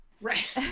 Right